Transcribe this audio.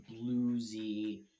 bluesy